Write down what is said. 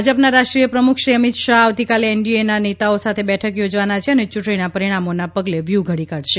ભાજપના રાષ્ટ્રીય પ્રમુખશ્રી અમિત શાહ આવતીકાલે એનડીએના નેતાઓ સાથે બેઠક યોજવાના છે અને ચૂંટણીનાં પરિણામોના પગલે વ્યૂહ ઘડી કાઢશે